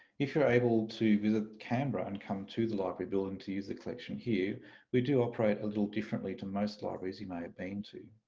if you're able to visit canberra and come to the library building to use the collection here we do operate a little differently to most libraries you may have been to.